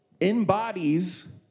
embodies